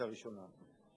לשאילתא הראשונה.